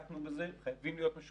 עופר, יש לך נתון